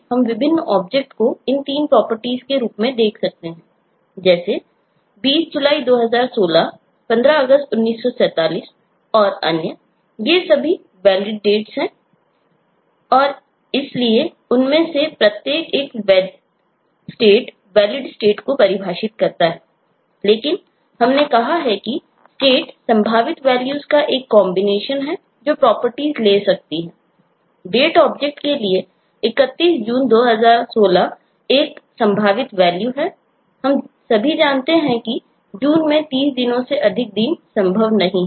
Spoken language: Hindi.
हम सभी जानते हैं कि June में 30 दिनों से अधिक दिन संभव नहीं है